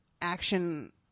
action